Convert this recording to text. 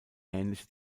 ähnliche